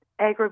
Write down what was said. agribusiness